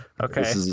Okay